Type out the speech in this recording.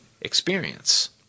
experience